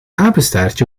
apenstaartje